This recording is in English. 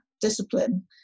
discipline